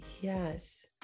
Yes